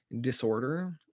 disorder